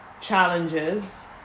challenges